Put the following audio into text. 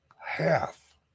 half